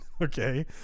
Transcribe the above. Okay